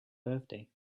birthday